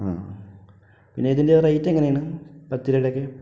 ആ പിന്നെ ഇതിൻ്റെ റേറ്റ് എങ്ങനെയാണ് പത്തിരിയുടെയൊക്കെ